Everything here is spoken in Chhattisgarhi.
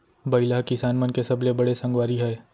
बइला ह किसान मन के सबले बड़े संगवारी हय